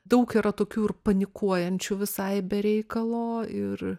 daug yra tokių ir panikuojančių visai be reikalo ir